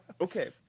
Okay